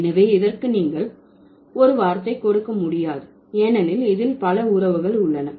எனவே இதற்கு நீங்கள் ஒரு வார்த்தை கொடுக்க முடியாது ஏனெனில் இதில் பல உறவுகள் உள்ளன